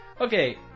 Okay